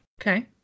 Okay